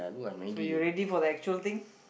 so you ready for the actual thing